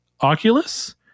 Oculus